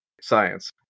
science